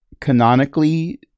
Canonically